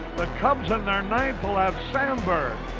the cubs in their ninth will have sandberg,